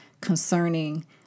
concerning